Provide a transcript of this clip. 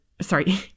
Sorry